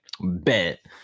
Bet